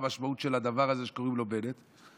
המשמעות של הדבר הזה שקוראים לו "בנט".